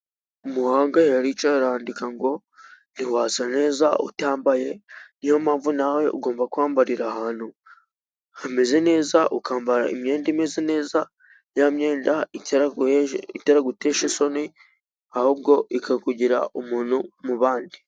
Umuhanga yaricaye arandika ngo ntiwasa neza utambaye, ni yo mpamvu nawe ugomba kwambarira ahantu hameze neza, ukambara imyenda imeze neza, ya myenda itagutesha isoni, ahubwo ikakugira umuntu mu bandi.